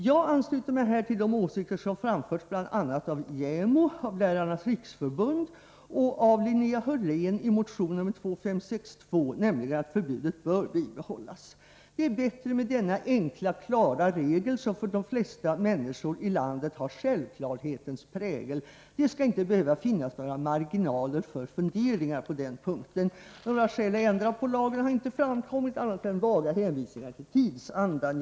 Jag ansluter mig här till de åsikter som framförts bl.a. av JämO, Lärarnas riksförbund och av Linnea Hörlén i motion nr 2562, nämligen att förbudet bör bibehållas. Det är bättre med denna enkla, klara regel, som för de flesta människor i landet har självklarhetens prägel. Det skall inte behöva finnas några marginaler för funderingar på denna punkt. Några skäl att ändra på lagen har inte framkommit, annat än vaga hänvisningar till tidsandan.